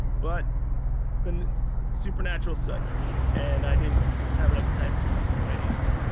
but the supernatural sucks, and i didn't have enough time to fucking do what i needed to.